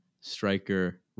striker